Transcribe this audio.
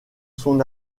son